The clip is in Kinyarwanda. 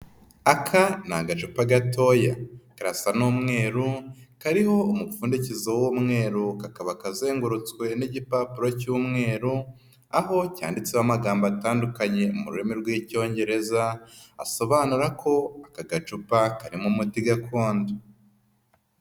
Aka ni agacupa gatoya, karasa n'umweru kariho umupfundikizo w'umweru, kakaba kazengurutswe n'igipapuro cy'umweru, aho cyanditsweho amagambo atandukanye mu rurimi rw'icyongereza, asobanura ko aka gacupa karimo umuti gakondo.